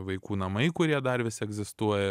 vaikų namai kurie dar vis egzistuoja